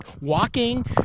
walking